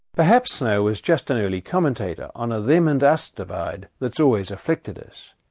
perhaps snow was just an early commentator on a them and us divide that's always afflicted us.